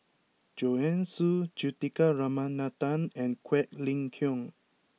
Joanne Soo Juthika Ramanathan and Quek Ling Kiong